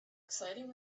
exciting